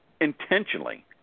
intentionally